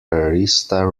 arista